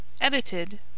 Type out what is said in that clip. edited